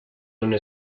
una